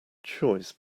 choice